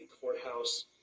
courthouse